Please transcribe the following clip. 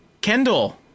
Kendall